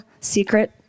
secret